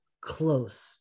close